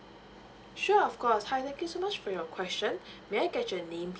sure of course hi thank you so much for your question may I get your name